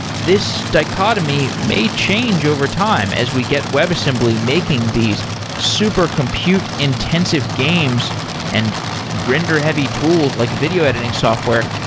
this dichotomy may change overtime as we get web assembly making these super compute intensive games and render-heavy tools, like video editing software.